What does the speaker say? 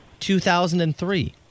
2003